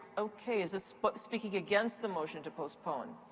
okay, is this but speaking against the motion to postpone?